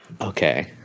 Okay